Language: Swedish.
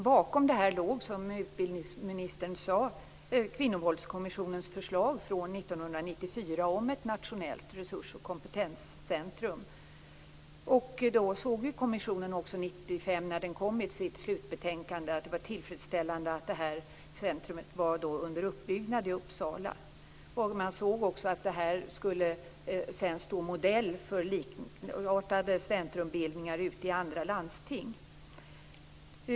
Bakom detta låg, som utbildningsministern sade, Kvinnovåldskommissionens förslag från 1994 om ett nationellt resurs och kompetenscentrum. Då såg ju kommissionen också 1995 när den lade fram sitt slutbetänkande att det var tillfredsställande att detta centrum var under uppbyggnad i Uppsala. Man såg också att detta sedan skulle stå modell för likartade centrumbildningar ute i andra landsting.